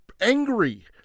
angry